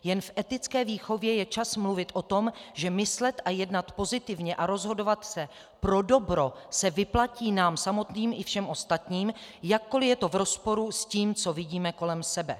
Jen v etické výchově je čas mluvit o tom, že myslet a jednat pozitivně a rozhodovat se pro dobro se vyplatí nám samotným i všem ostatním, jakkoli je to v rozporu s tím, co vidíme kolem sebe.